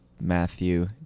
Matthew